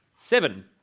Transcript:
Seven